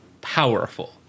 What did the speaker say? powerful